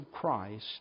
Christ